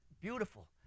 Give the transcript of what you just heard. Beautiful